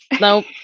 Nope